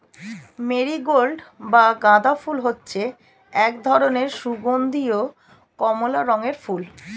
marigold বা গাঁদা ফুল হচ্ছে এক ধরনের সুগন্ধীয় কমলা রঙের ফুল